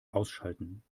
ausschalten